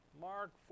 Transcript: Mark